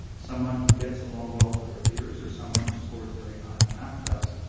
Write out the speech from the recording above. someone who gets along well with their peers or someone who scores very high on math tests?